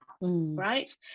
right